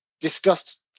discussed